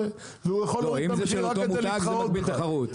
והוא יכול להוריד את המחיר רק כדי להתחרות בך.